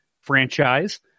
franchise